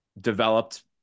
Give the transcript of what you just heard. Developed